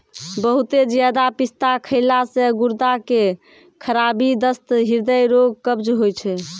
बहुते ज्यादा पिस्ता खैला से गुर्दा के खराबी, दस्त, हृदय रोग, कब्ज होय छै